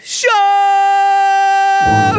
show